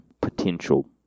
Potential